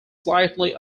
slightly